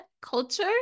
culture